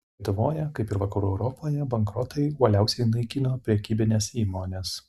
lietuvoje kaip ir vakarų europoje bankrotai uoliausiai naikino prekybines įmones